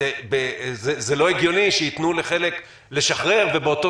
זה לא הגיוני שייתנו לחלק לשחרר ובאותו